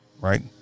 right